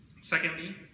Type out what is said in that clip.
Secondly